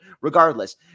regardless